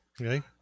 Okay